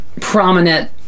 prominent